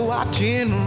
Watching